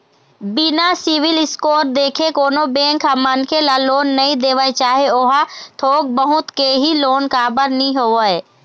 बिना CIBIL score देखे कोनो बेंक ह मनखे ल लोन नइ देवय चाहे ओहा थोक बहुत के ही लोन काबर नीं होवय